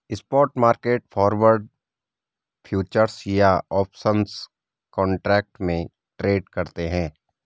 spot market forward, futures या options contract में trade करते हैं